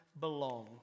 Belong